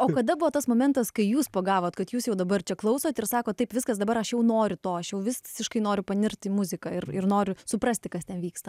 o kada buvo tas momentas kai jūs pagavote kad jūs jau dabar čia klausote ir sako taip viskas dabar aš jau nori to aš jau visiškai noriu panirti į muziką ir ir noriu suprasti kas ten vyksta